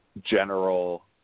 general